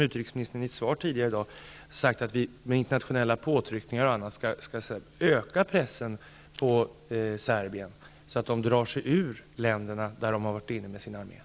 Utrikesministern sade i ett svar tidigare i dag att vi med internationella påtryckningar och annat skall öka pressen på Serbien, så att man drar sig ur de länder där man har varit inne med sin armé.